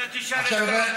אתה תשאל איך שאתה רוצה.